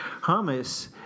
hummus